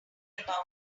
about